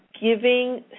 giving